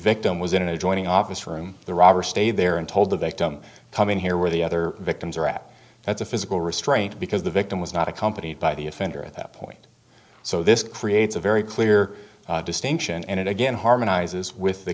victim was in an adjoining office room the robber stayed there and told the victim come in here where the other victims are at that's a physical restraint because the victim was not accompanied by the offender at that point so this creates a very clear distinction and it again harmonizes with the